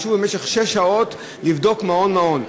ישבו במשך שש שעות לבדוק מעון-מעון.